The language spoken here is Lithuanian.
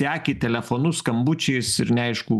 į akį telefonu skambučiais ir neaišku